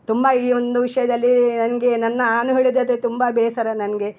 ತುಂಬ ಈ ಒಂದು ವಿಷಯದಲ್ಲಿ ನನಗೆ ನನ್ನ ನಾನು ಹೇಳುವುದಾದ್ರೆ ತುಂಬ ಬೇಸರ ನನಗೆ